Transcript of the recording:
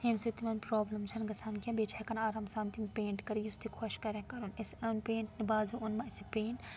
ییٚمہِ سۭتۍ تِمن پرٛابلِم چھنہٕ گژھان بیٚیہِ چھِ ہٮ۪کان آرام سان تِم پینٹ کٔرِتھ یُس تہِ خۄش کَرٮ۪کھ کَرُن أسۍ پینٹ بازرٕ اوٚن اَسہِ پینٹ